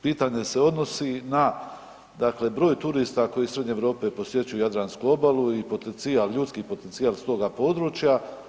Pitanje se odnosi na dakle broj turista koji iz Srednje Europe posjećuju jadransku obalu i potencijal, ljudski potencijal s toga područja.